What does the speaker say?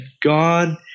God